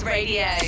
Radio